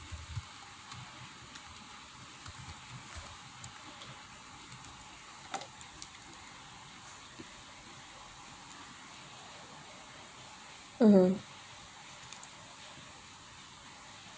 (uh huh)